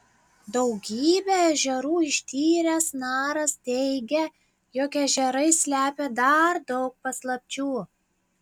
daugybę ežerų ištyręs naras teigia jog ežerai slepia dar daug paslapčių